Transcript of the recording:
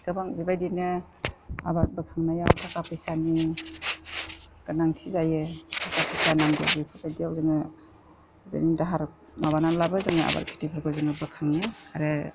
गोबां बेबायदिनो आबाद बोखांनायाव थाखा फैसानि गोनांथि जायो थाखा फैसा नांगौ बेफोरबायदियाव जोङो बिदिनो दाहार माबानैब्लाबो जोङो आबाद खिथिफोरखौ जोङो बोखाङो आरो